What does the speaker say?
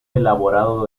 elaborado